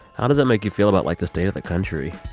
how does that make you feel about, like, the state of the country?